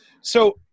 So-